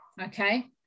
Okay